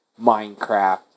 Minecraft